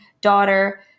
daughter